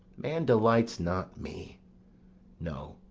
man delights not me no,